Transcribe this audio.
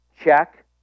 Check